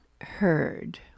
heard